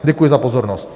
Děkuji za pozornost.